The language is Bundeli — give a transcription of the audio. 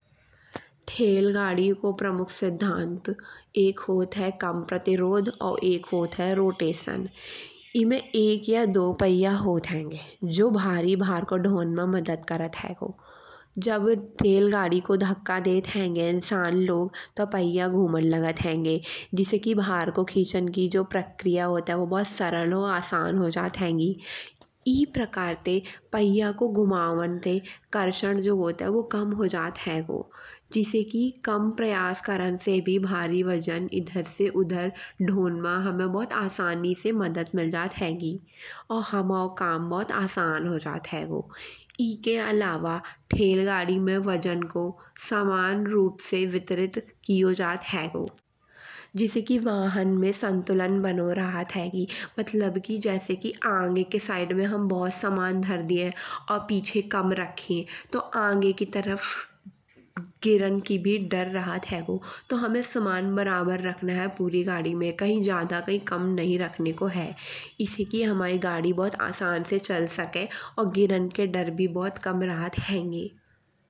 ठेलागाड़ी को प्रमुख सिद्धांत एक होत है कम प्रतिरोध और एक होत है रोटेशन। इमे एक या दो पहिया होत होंगे। जो भारी भर को ढोन मा मदद करत हेगो। जब ठेलगाड़ी को धक्का देत होंगे इंसान लोग तो पहिया घूमन लागत होंगे। जिसे की भार को खीचन की जो प्रक्रिया होत है वो बहुत सरल और आसान हो जात हेगी। ई प्रकार ते पहिया को घुमावन ते घर्षण जो होत है वो कम हो जात हेगो। जिसे की कम प्रयास करन से भी भारी वजन इधर से उधर ढोन मा हमे बहुत आसानी से मदद मिल जात हेगी। और हमाओ काम बहुत आसान हो जात हेगो। एके अलावा ठेलगाड़ी में वजन को समान रूप से वितरित कियो जात हेगो। जिसे की वाहन में संतुलन बनो रहत हेगी। मतलब कि जैसे की आगे के साइड में हम बहुत सामान धर दिए और पीछे कम रखें। तो आगे की तरफ गिरन की भी डर रहत हेगो। तो हमे सामान बराबर रखना है पूरी गाड़ी में। कही ज्यादा कही कम नहीं रखना है। इसे की हमरई गाड़ी बहुत आसानी से चल सके और गिरन के आदर भी बहुत कम रहत होंगे।